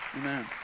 Amen